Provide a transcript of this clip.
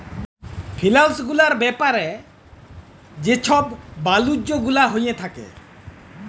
ফিলালস গুলার ব্যাপারে যে ছব বালিজ্য গুলা হঁয়ে থ্যাকে